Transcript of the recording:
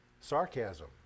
sarcasm